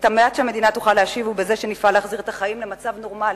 המעט שהמדינה תוכל להשיב הוא בזה שנפעל להחזיר את החיים למצב נורמלי,